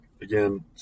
Again